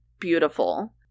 beautiful